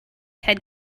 had